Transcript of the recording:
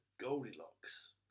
Goldilocks